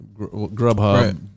Grubhub